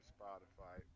Spotify